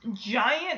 giant